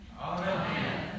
Amen